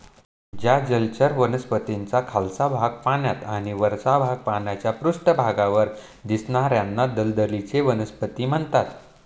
ज्या जलचर वनस्पतींचा खालचा भाग पाण्यात आणि वरचा भाग पाण्याच्या पृष्ठभागावर दिसणार्याना दलदलीची वनस्पती म्हणतात